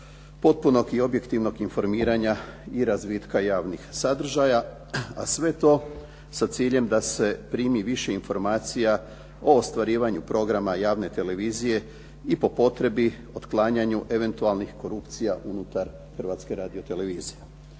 potpunog i objektivnog informiranja i razvitka javnih sadržaja, a sve to sa ciljem da se primi više informacija o ostvarivanju programa javne televizije i po potrebi otklanjanju eventualnih korupcija unutar Hrvatske radiotelevizije.